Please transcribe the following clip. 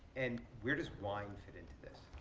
and where does wine fit into this?